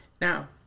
Now